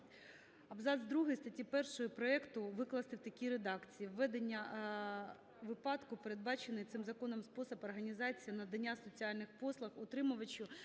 Абзац другий статті 1 проекту викласти в такій редакції: "Ведення випадку – передбачений цим законом спосіб організації надання соціальних послуг отримувачу,